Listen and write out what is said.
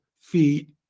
feet